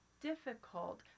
difficult